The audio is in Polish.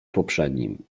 poprzednim